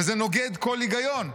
וזה נוגד כל היגיון.